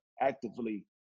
actively